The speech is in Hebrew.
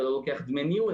זה לא לוקח דמי ניהול,